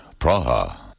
Praha